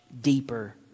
deeper